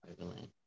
overland